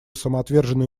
самоотверженные